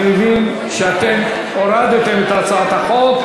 אני מבין שאתם הורדתם את הצעת החוק.